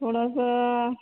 थोडंसं